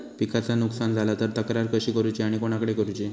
पिकाचा नुकसान झाला तर तक्रार कशी करूची आणि कोणाकडे करुची?